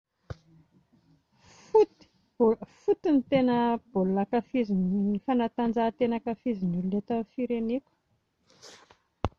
Foot, bao- foot no tena baolina ankafizin- fanatanjahantena ankifizin'ny olona eto amin'ny fireneko